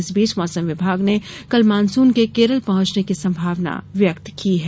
इस बीच मौसम विभाग ने कल मानसून के केरल पहुंचने की संभावना व्यक्त की है